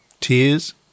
Tears